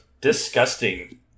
Disgusting